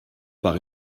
par